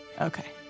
Okay